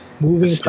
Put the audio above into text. moving